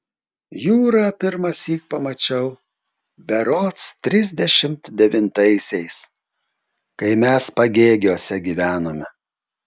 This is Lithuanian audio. jūrą pirmąsyk pamačiau berods trisdešimt devintaisiais kai mes pagėgiuose gyvenome